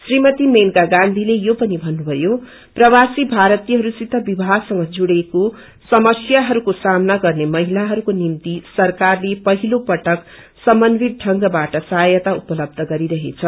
श्रीमती मेनका गान्धीले यो पनि भन्नुभये प्रवासी भारतीहरूसित विवाहसँग जुडेको समस्याहरूको सामना गर्ने महिलाहरूको निभ्ति सरकारले पहिलो पटक समनवित ढंगबाट सहायत उपलब्ध गरिरहेछ